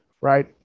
right